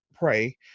pray